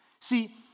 See